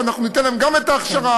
ואנחנו ניתן להן גם את ההכשרה,